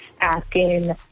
asking